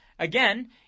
Again